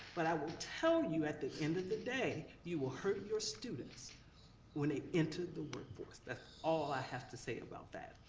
but i will tell you, at the end of the day, you will hurt your students when they enter the workforce. that's all i have to say about that,